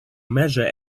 measure